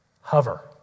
hover